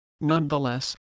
Nonetheless